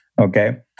Okay